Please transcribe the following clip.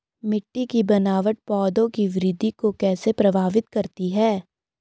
मिट्टी की बनावट पौधों की वृद्धि को कैसे प्रभावित करती है?